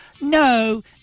no